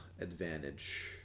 advantage